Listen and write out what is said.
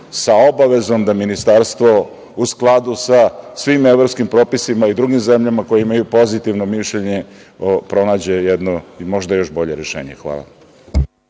sa obavezom da Ministarstvo u skladu sa svim evropskim propisima i drugim zemljama koje imaju pozitivno mišljenje pronađe jedno i možda još bolje rešenje. Hvala.